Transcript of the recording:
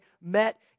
met